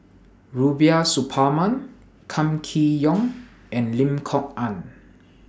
Rubiah Suparman Kam Kee Yong and Lim Kok Ann